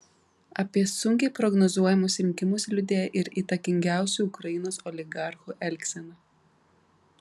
apie sunkiai prognozuojamus rinkimus liudija ir įtakingiausių ukrainos oligarchų elgsena